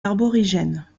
aborigènes